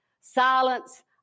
Silence